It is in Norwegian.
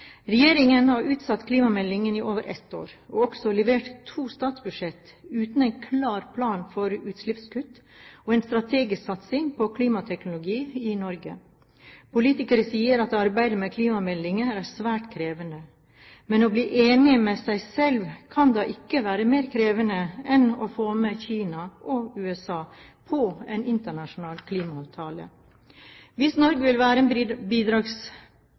også levert to statsbudsjett uten en klar plan for utslippskutt og en strategisk satsing på klimateknologi i Norge. Politikere sier at arbeidet med klimameldingen er svært krevende. Men å bli ening med seg selv kan da ikke være mer krevende enn å få med Kina og USA på en internasjonal klimaavtale? Hvis Norge vil være